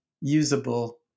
usable